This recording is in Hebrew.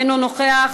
אינו נוכח.